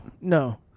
no